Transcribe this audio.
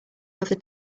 another